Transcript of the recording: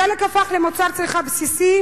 הדלק הפך למוצר צריכה בסיסי,